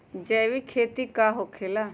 जैविक खेती का होखे ला?